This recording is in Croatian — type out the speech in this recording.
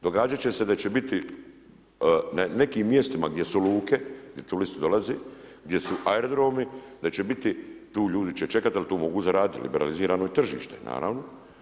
Događat će se da će biti nekim mjestima gdje su luke, gdje turisti dolaze, gdje su aerodromi da će biti, tu ljudi će čekat jer tu mogu zaradit, liberalizirano je tržište naravno.